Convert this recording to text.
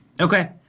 Okay